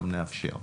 גם נאפשר.